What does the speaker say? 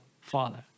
father